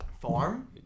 Farm